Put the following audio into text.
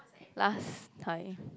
last time